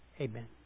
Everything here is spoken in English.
amen